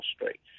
straight